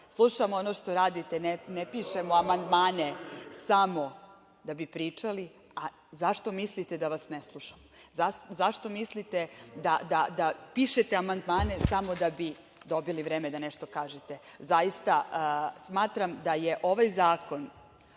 slušam ono što radite, ne pišemo amandmane samo da bi pričali, a zašto mislite da vas ne slušam? Zašto mislite da pišete amandmane samo da bi dobili vreme da nešto kažete? Zaista, smatram da je ovaj zakon,